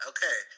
Okay